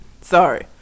sorry